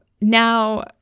Now